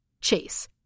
Chase